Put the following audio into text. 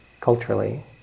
culturally